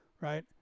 right